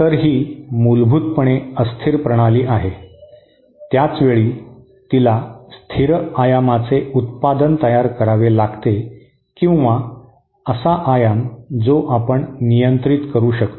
तर ही मूलभूतपणे अस्थिर प्रणाली आहे त्याच वेळी तिला स्थिर आयामाचे उत्पादन तयार करावे लागते किंवा असा आयाम जो आपण नियंत्रित करू शकतो